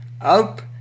up